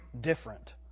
Different